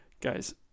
guys